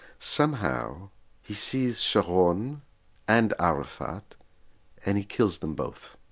somehow he sees sharon and arafat and he kills them both.